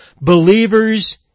believers